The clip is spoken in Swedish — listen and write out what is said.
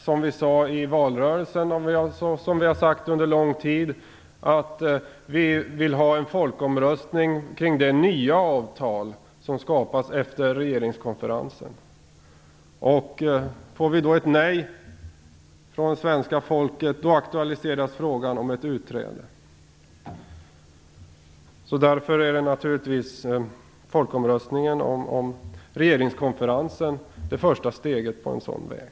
Som vi sade i valrörelsen och som vi har sagt under lång tid vill vi ha en folkomröstning kring det nya avtal som skapas efter regeringskonferensen. Får vi då ett nej från svenska folket aktualiseras frågan om ett utträde. Därför är naturligtvis en folkomröstning efter regeringskonferensen det första steget på en sådan väg.